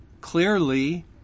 clearly